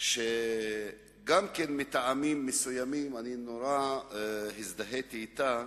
שגם מטעמים מסוימים נורא הזדהיתי אתה,